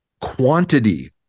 quantity